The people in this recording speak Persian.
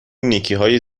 نیکیهای